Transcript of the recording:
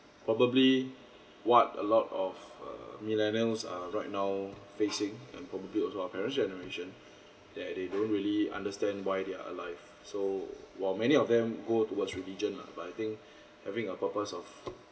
probably what a lot of uh millennials are right now facing and probably also our parents' generation that they don't really understand why they are alive so while many of them go towards religion lah but I think having a purpose of